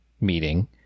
meeting